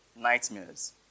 nightmares